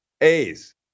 A's